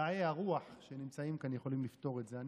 מדעי הרוח שנמצאים כאן יכולים לפתור את זה.